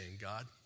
God